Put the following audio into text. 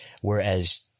Whereas